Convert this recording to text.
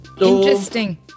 interesting